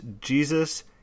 Jesus